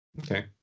Okay